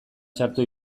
txarto